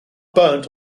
burnt